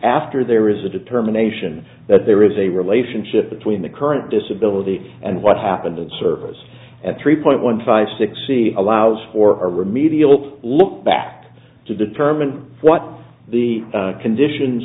after there is a determination that there is a relationship between the current disability and what happened in service at three point one five six c allows for a remedial to look back to determine what the conditions